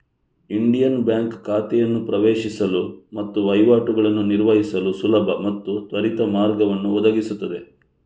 Indian bank ಖಾತೆಯನ್ನು ಪ್ರವೇಶಿಸಲು ಮತ್ತು ವಹಿವಾಟುಗಳನ್ನು ನಿರ್ವಹಿಸಲು ಸುಲಭ ಮತ್ತು ತ್ವರಿತ ಮಾರ್ಗವನ್ನು ಒದಗಿಸುತ್ತದೆ